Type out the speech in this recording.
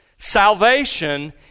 Salvation